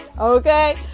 okay